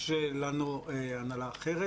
יש לנו הנהלה אחרת,